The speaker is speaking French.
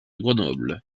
grenoble